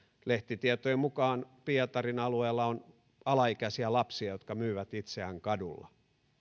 lehtitietojen mukaan pietarin alueella on alaikäisiä lapsia jotka myyvät itseään kadulla